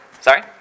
Sorry